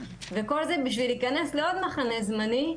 וכל זה בשביל להיכנס לעוד מחנה זמני.